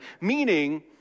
meaning